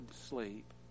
sleep